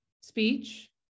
speech